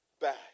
back